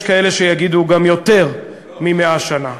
יש כאלה שיגידו גם יותר מ-100 שנה.